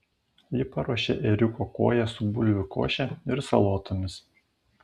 ji paruošė ėriuko koją su bulvių koše ir salotomis